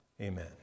Amen